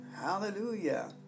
Hallelujah